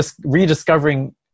rediscovering